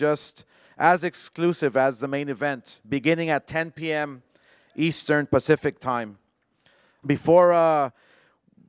just as exclusive as the main event beginning at ten pm eastern pacific time before